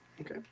Okay